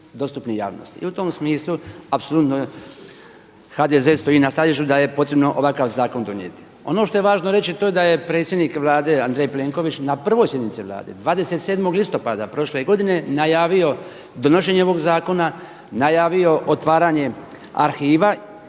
I u tom smislu apsolutno HDZ stoji na stajalištu da je potrebno ovakav zakon donijeti. Ono što je važno reći je to da je predsjednik Andrej Plenković na prvoj sjednici Vlade 27. listopada prošle godine najavio donošenje ovog zakona, najavio otvaranje arhiva